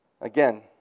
Again